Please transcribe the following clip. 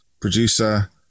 producer